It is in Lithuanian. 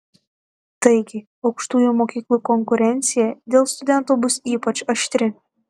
taigi aukštųjų mokyklų konkurencija dėl studentų bus ypač aštri